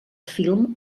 film